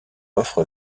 offre